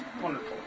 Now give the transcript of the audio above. wonderful